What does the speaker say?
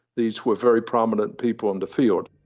these were very prominent people in the field.